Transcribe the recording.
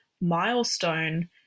milestone